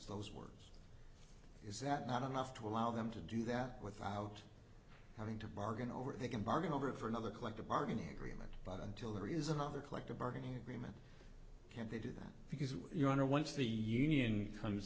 those words is that not enough to allow them to do that without having to bargain over they can bargain over for another collective bargaining agreement but until there is another collective bargaining agreement can they do that because your honor once the union comes